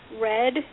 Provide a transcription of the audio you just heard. red